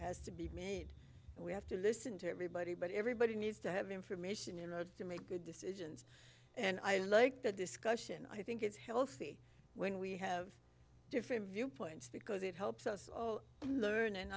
has to be made we have to listen to everybody but everybody needs to have information in order to make good decisions and i like the discussion i think it's healthy when we have different viewpoints because it helps us learn and